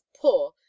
poor